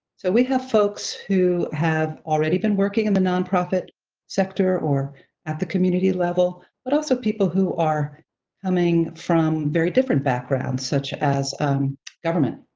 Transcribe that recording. so we have folks who have already been working in the nonprofit sector or at the community level, but also people who are coming from very different backgrounds such as government,